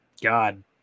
God